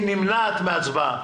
היא נמנעת מהצבעה.